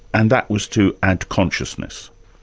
and that was to add consciousness?